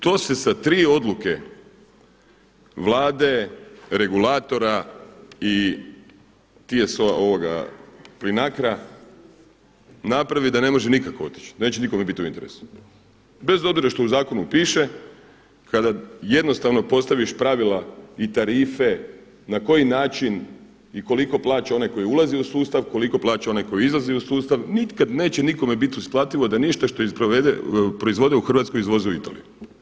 To se sa tri odluke Vlade regulatora i Plinacra napravi da nikako ne može otići, da neće nikome bit u interesu bez obzira što u zakonu piše kada jednostavno postaviš pravila i tarife na koji način i koliko plaća onaj koji ulazi u sustav, koliko plaća onaj koji izlazi u sustav nikad neće nikome bit isplativo da ništa što proizvode u Hrvatskoj izvoze u Italiju.